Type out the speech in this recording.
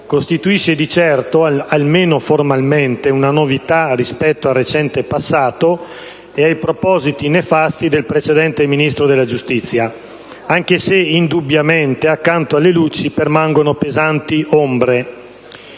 costituisce di certo, almeno formalmente, una novità rispetto al recente passato e ai propositi nefasti del precedente Ministro della giustizia. Anche se, indubbiamente, accanto alle luci, permangono pesanti ombre.